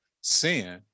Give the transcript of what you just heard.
sin